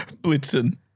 Blitzen